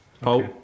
Paul